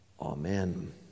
Amen